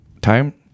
time